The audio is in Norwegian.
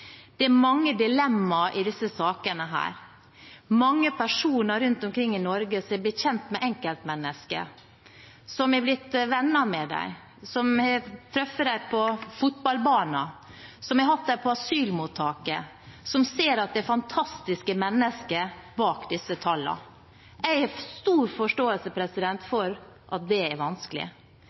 Det er mange dilemmaer i disse sakene. Det er mange personer rundt omkring i Norge som har blitt kjent med enkeltmennesker, som har blitt venner med dem, som har truffet dem på fotballbanen, som har hatt dem på asylmottaket, som ser at det er fantastiske mennesker bak disse tallene. Jeg har stor forståelse for at det er vanskelig.